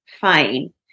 fine